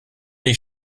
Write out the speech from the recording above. les